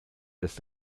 des